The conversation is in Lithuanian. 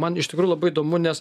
man iš tikrųjų labai įdomu nes